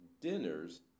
dinners